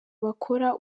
bakora